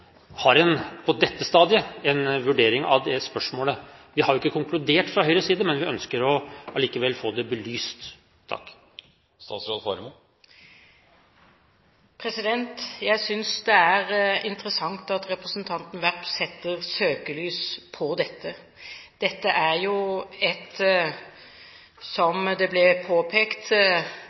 vurdering av det spørsmålet. Vi har fra Høyres side ikke konkludert. Vi ønsker allikevel å få dette belyst. Jeg synes det er interessant at representanten Werp setter søkelys på dette. Dette er jo et krevende saksfelt, som det ble påpekt.